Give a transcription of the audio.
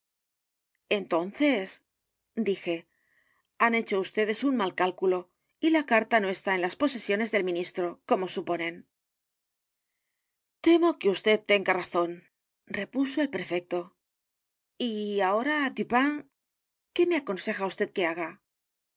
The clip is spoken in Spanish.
entonces dije han hecho vds un mal cálculo y la carta no está en las posesiones del ministro como suponen temo que vd tenga razón repuso el prefecto y ahora dupin qué me aconseja vd que haga